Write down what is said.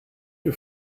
the